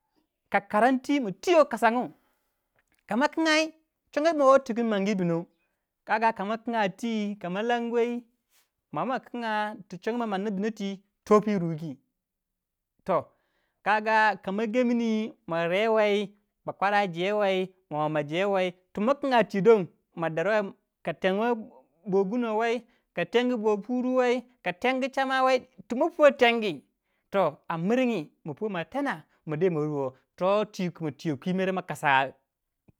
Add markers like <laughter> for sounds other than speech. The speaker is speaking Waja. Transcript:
Ka karang twiy ma tuyo kasangu kama kingai chongo you mawo yi ti ma mangi bindow kama kinga twikama lanwai ma amna ma kingo tu chongo ma manna bindo twi topwi rugi <unintelligible> kama gemni ma rewai bakwara jewei. mo muah majere tuma kinga twi don ma deroi ka bo guno wai ka boh puru wai ka tengu chamau wai ti ma puwei tengu amiringi ma puwai ma tena ma de maruwa toh twigu kuma tiyo kwi mer ma kasa.